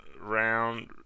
round